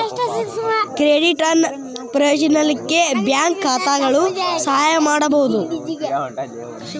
credit ಅನ್ನ ಪ್ರವೇಶಿಸಲಿಕ್ಕೆ bank ಖಾತಾಗಳು ಸಹಾಯ ಮಾಡ್ಬಹುದು